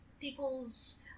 people's